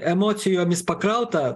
emocijomis pakrauta